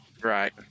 Right